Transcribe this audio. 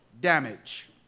Damage